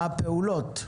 מה הפעולות?